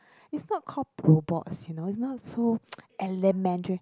it's not called robots you know it's not so elementary